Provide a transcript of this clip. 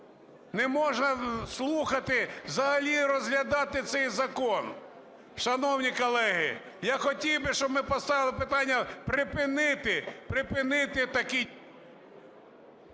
Не можна слухати, взагалі розглядати цей закон. Шановні колеги, я хотів би, щоб ми поставили питання припинити,